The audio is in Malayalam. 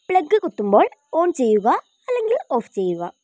പ്ലഗ്ഗ് കുത്തുമ്പോൾ ഓൺ ചെയ്യുക അല്ലെങ്കിൽ ഓഫ് ചെയ്യുക